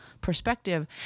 perspective